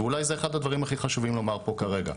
ואולי זה אחד הדברים הכי חשובים לומר פה כרגע,